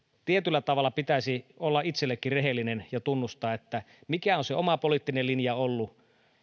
tietyllä tavalla pitäisi olla itsellekin rehellinen ja tunnustaa mikä on se oma poliittinen linja ollut